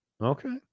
okay